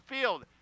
Field